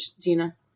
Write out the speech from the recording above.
Dina